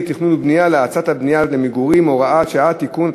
תכנון ובנייה להאצת הבנייה למגורים (הוראת שעה) (תיקון),